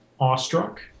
Awestruck